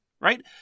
right